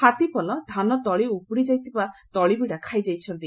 ହାତୀପଲ ଧାନ ତଳି ଓ ଉପୁଡ଼ିଯାଇଥିବା ତଳି ବିଡ଼ା ଖାଇଯାଇଛନ୍ତି